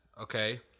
okay